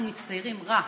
אנחנו מצטיירים רע.